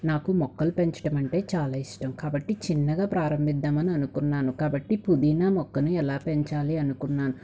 నాకు మొక్కలు పెంచడం అంటే చాలా ఇష్టం కాబట్టి చిన్నగా ప్రారంభిస్తామని అనుకున్నాను కాబట్టి పుదీనా మొక్కను ఎలా పెంచాలి అనుకున్నాను